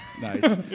Nice